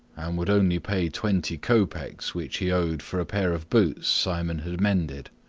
and would only pay twenty kopeks which he owed for a pair of boots simon had mended.